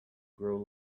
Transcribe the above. grow